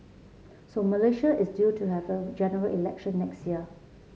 so Malaysia is due to have a General Election next year